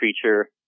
creature